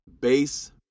base